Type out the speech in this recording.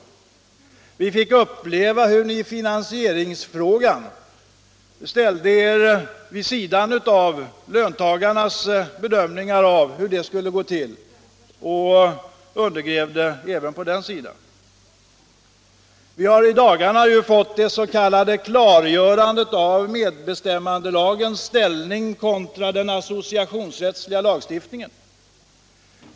Sedan fick vi uppleva hur ni i finansieringsfrågan ställde er vid sidan av löntagarnas bedömningar av hur det skulle gå till och undergrävde lagen även på den punkten. Vi har i dagarna fått det s.k. klargörandet av medbestämmandelagens ställning kontra den associationsrättsliga lagstiftningen.